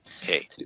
Hey